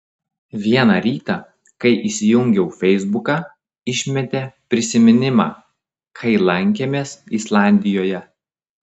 vieną rytą kai įsijungiau feisbuką išmetė prisiminimą kai lankėmės islandijoje